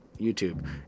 YouTube